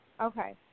Okay